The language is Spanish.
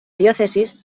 diócesis